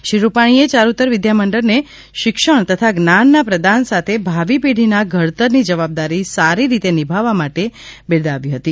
શ્રી રૂપાણીએ ચારૂતર વિદ્યામંડળને શિક્ષણ તથા જ્ઞાનના પ્રદાન સાથે ભાવિ પેઢીના ઘડતરની જવાબદારી સારી રીતે નીભાવવા માટે બિરદાવ્યું હતું